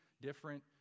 different